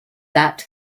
that